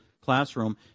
classroom